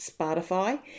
Spotify